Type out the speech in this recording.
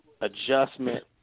adjustment